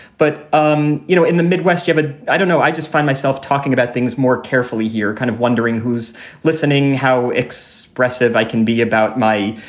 but, um you know, in the midwest, you have a i don't know, i just find myself talking about things more carefully here, kind of wondering who's listening, how expressive i can be about my,